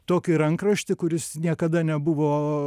tokį rankraštį kuris niekada nebuvo